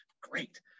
Great